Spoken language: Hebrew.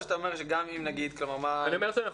או שאתה אומר שגם אם נגיד --- אני אומר שאנחנו